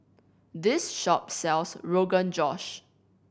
this shop sells Rogan Josh